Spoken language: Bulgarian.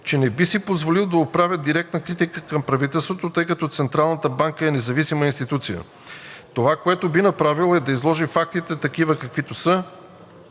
че не би си позволил да отправя директна критика към правителството, тъй като Централната банка е независима институция. Това, което би направил, е да изложи фактите такива, каквито са